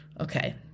okay